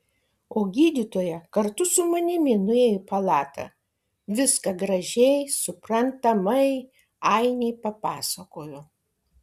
o gydytoja kartu su manimi nuėjo į palatą viską gražiai suprantamai ainei papasakojo